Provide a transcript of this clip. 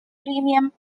premium